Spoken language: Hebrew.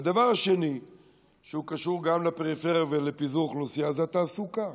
והדבר השני שקשור לפריפריה ולפיזור אוכלוסייה זה התעסוקה.